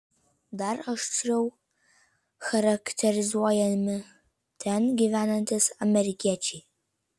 dar aštriau charakterizuojami ten gyvenantys amerikiečiai